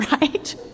Right